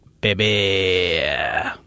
baby